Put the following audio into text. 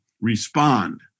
respond